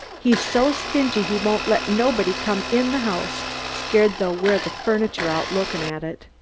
he's so stingy he won't let nobody come in the house scared they'll wear the furniture out looking at it.